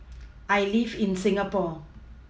I live in Singapore